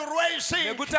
raising